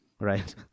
right